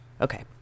Okay